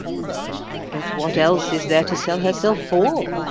but what else is there to sell herself for?